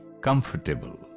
comfortable